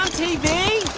ah tv?